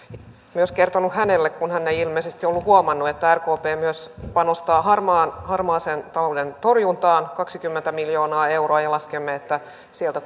myös kertonut hänelle kun hän ei ilmeisesti ollut huomannut että rkp myös panostaa harmaan talouden torjuntaan kaksikymmentä miljoonaa euroa ja laskemme että sieltä